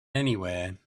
anywhere